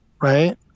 right